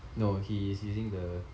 no he's using the